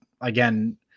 again